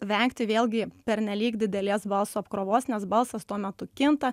vengti vėlgi pernelyg didelės balso apkrovos nes balsas tuo metu kinta